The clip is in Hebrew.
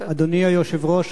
אדוני היושב-ראש,